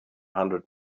hundred